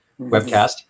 webcast